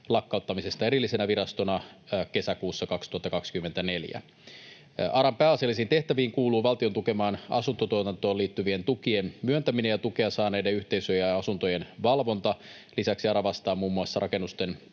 lakkauttamisesta erillisenä virastona kesäkuussa 2024. ARAn pääasiallisiin tehtäviin kuuluu valtion tukemaan asuntotuotantoon liittyvien tukien myöntäminen ja tukea saaneiden yhteisöjen ja asuntojen valvonta. Lisäksi ARA vastaa muun muassa rakennusten